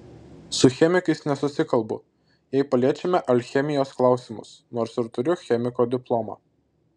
su chemikais nesusikalbu jei paliečiame alchemijos klausimus nors ir turiu chemiko diplomą